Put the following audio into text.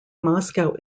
moscow